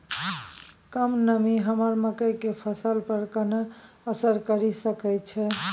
कम नमी हमर मकई के फसल पर केहन असर करिये सकै छै?